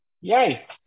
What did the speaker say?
Yay